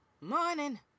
morning